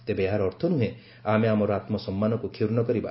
ତେବେ ଏହାର ଅର୍ଥ ନୁହେଁ ଆମେ ଆମର ଆତ୍ମସମ୍ମାନକୁ କ୍ଷୁର୍ଣ୍ଣ କରିବା